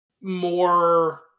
more